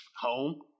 Home